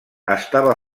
estava